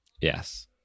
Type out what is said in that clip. Yes